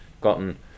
gotten